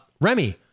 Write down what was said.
Remy